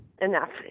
enough